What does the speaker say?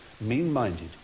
mean-minded